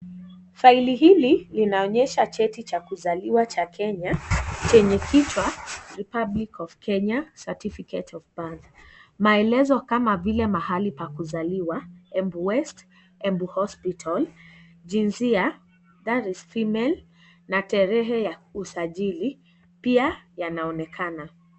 Faili hili linaonyesha cheti cha kuzaliwa cha Kenya chenye kichwa Republic Of Kenya Certificate of Birth . Maelezo kama vile mahali pa kuzaliwa Embu West, Embu Hospital jinsia that is female na tarehe ya usajili pia yanaonekana.